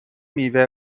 میوه